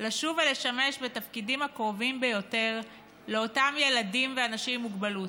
לשוב ולשמש בתפקידים הקרובים ביותר לאותם ילדים ואנשים עם מוגבלות: